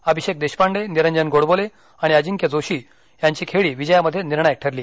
अभिषेक देशपांडे निरंजन गोडबोले आणि अजिंक्य जोशी यांची खेळी विजयामध्ये निर्णायक ठरली